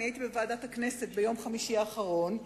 הייתי בוועדת הכנסת ביום חמישי האחרון,